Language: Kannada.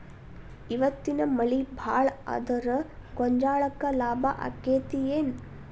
ಇವತ್ತಿನ ಮಳಿ ಭಾಳ ಆದರ ಗೊಂಜಾಳಕ್ಕ ಲಾಭ ಆಕ್ಕೆತಿ ಏನ್?